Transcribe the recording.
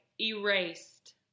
Erased